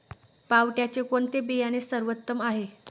पावट्याचे कोणते बियाणे सर्वोत्तम आहे?